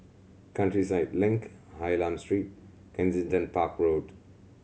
Countryside Link Hylam Street Kensington Park Road